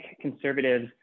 conservatives